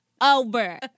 over